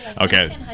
okay